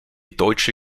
deutsche